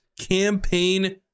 Campaign